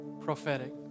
prophetic